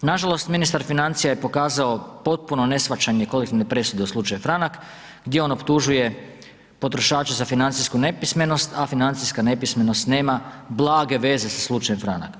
Nažalost ministar financija je pokazao potpuno neshvaćanje kolektivne presude u slučaju Franak, gdje on optužuje potrošače za financijsku nepismenost, a financijska nepismenost nema blage veze sa slučajem Franak.